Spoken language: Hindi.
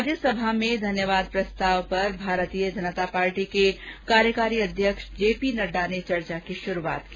राज्यसभा में धन्यवाद प्रस्ताव पर भारतीय जनता पार्टी के कार्यकारी अध्यक्ष जेपी नड्डा ने चर्चा की शुरूआत की